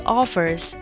offers